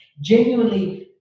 genuinely